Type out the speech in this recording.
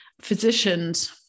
physicians